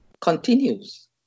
continues